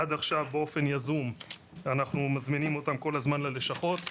עד עכשיו באופן יזום אנחנו מזמינים אותם כל הזמן ללשכות,